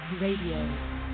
Radio